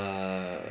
uh